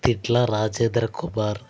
తిట్ల Rajendra Kumar